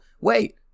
Wait